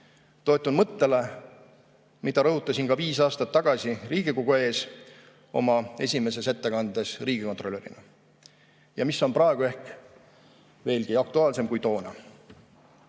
toetun mõttele, mida rõhutasin ka viis aastat tagasi Riigikogu ees oma esimeses ettekandes riigikontrolörina ja mis on praegu ehk veelgi aktuaalsem kui toona: